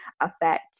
affect